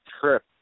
trip